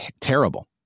terrible